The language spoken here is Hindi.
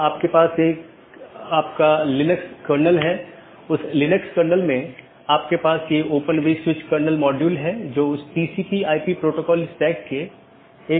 हमारे पास EBGP बाहरी BGP है जो कि ASes के बीच संचार करने के लिए इस्तेमाल करते हैं औरबी दूसरा IBGP जो कि AS के अन्दर संवाद करने के लिए है